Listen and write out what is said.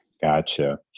Gotcha